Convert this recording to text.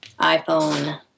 iPhone